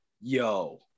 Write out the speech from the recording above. yo